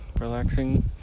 relaxing